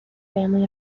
family